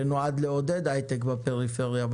שנועד לעודד הייטק בפריפריה,